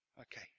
Okay